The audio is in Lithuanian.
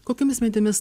kokiomis mintimis